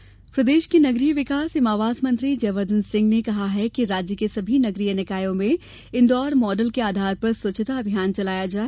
आवास मंत्री प्रदेश के नगरीय विकास एवं आवास मंत्री जयवर्द्वन सिंह ने कहा है कि राज्य के सभी नगरीय निकायों में इंदौर मॉडल के आधार पर स्वच्छता अभियान चलाया जाये